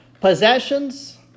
possessions